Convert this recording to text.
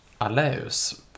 Aleus